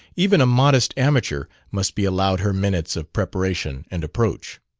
even a modest amateur must be allowed her minutes of preparation and approach.